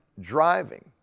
driving